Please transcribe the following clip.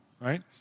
right